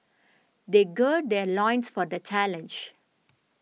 they gird their loins for the challenge